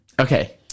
Okay